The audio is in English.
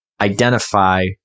identify